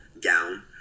gown